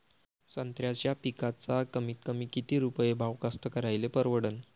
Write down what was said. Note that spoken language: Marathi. संत्र्याचा पिकाचा कमीतकमी किती रुपये भाव कास्तकाराइले परवडन?